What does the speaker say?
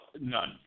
None